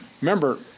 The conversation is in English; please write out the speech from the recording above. Remember